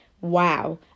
wow